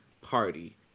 party